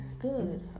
good